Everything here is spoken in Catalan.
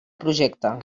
projecte